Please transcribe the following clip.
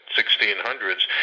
1600s